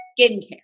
skincare